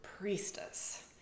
Priestess